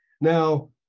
Now